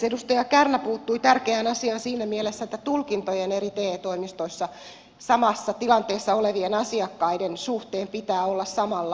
edustaja kärnä puuttui tärkeään asiaan siinä mielessä että tulkintojen eri te toimistoissa samassa tilanteessa olevien asiakkaiden suhteen pitää olla samanlaisia